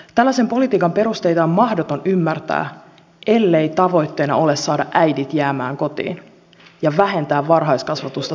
tällaisen politiikan perusteita on mahdoton ymmärtää ellei tavoitteena ole saada äidit jäämään kotiin ja vähentää varhaiskasvatusta saavien lasten määrää